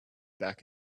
back